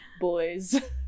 boys